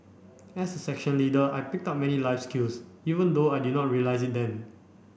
as a section leader I picked up many life skills even though I did not realise it then